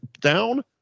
down